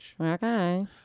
Okay